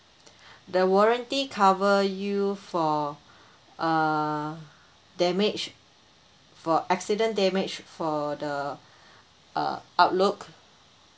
the warranty cover you for uh damage for accident damage for the uh outlook